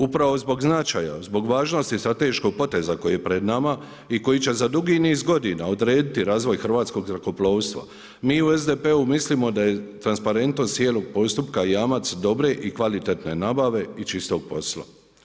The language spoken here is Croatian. Upravo zbog značaja, zbog važnosti strateškog poteza koji je pred nama i koji će za dugi niz godina odrediti razvoj hrvatskog zrakoplovstva, mi u SDP-u mislimo da je transparentnost cijelog postupka jamac dobre i kvalitetne nabave i čistog posla.